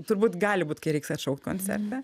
turbūt gali būt kai reiks atšaukti koncertą